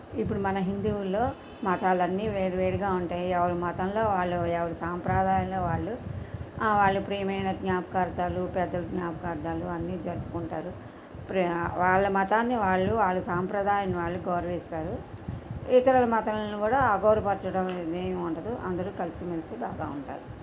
ఇప్పుడు మన హిందువుల్లో మతాలన్నీ వేరు వేరుగా ఉంటాయి ఎవరు మతంలో వాళ్ళు ఎవరి సాంప్రదాయల్లో వాళ్ళు వాళ్ళు ప్రియమైన జ్ఞాపకార్థాలు పెద్ద జ్ఞాపకార్థాలు అన్నీ జరుపుకుంటారు ప్రి వాళ్ళ మతాన్ని వాళ్ళు వాళ్ళ సాంప్రదాయాన్ని వాళ్ళు గౌరవిస్తారు ఇతరుల మతాలను కూడా అగౌరపరచడం ఇవేమీ ఉండదు అందరూ కలిసిమెలిసి బాగా ఉండాలి